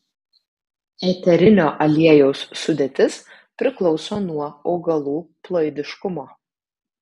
eterinio aliejaus sudėtis priklauso nuo augalų ploidiškumo